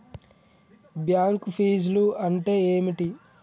Bank ఫీజ్లు అంటే ఏమిటి?